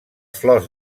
flors